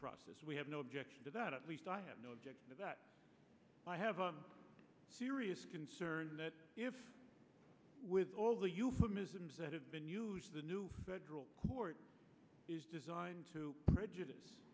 process we have no objection to that at least i have no objection but i have a serious concern that with all the euphemisms that have been huge the new federal court is designed to prejudice